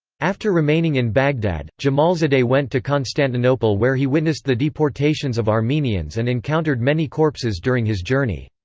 after remaining in baghdad, jamalzadeh went to constantinople where he witnessed the deportations of armenians and encountered many corpses during his journey.